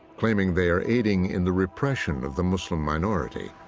claiming they are aiding in the repression of the muslim minority.